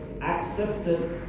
accepted